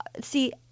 See